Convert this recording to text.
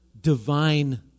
divine